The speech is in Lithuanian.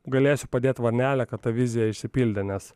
galėsiu padėti varnelę kad ta vizija išsipildė nes